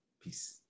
Peace